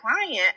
client